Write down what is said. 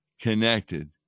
connected